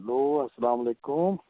hello اسلامُ علیکُم